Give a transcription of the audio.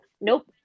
Nope